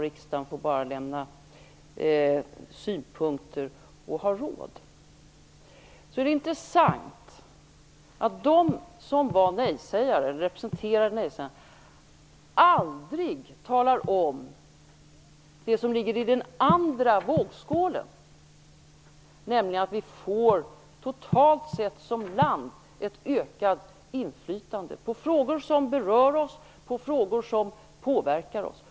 Riksdagen får enbart lämna synpunkter och ha samråd. Det är intressant att de som representerade nej-sidan aldrig talar om det som ligger i den andra vågskålen, nämligen att vi som land totalt sett får ett ökat inflytande i frågor som berör och påverkar oss.